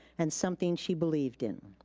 and something she believed in.